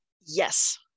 Yes